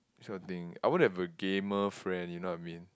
this kind of thing I want to have a gamer friend you know what I mean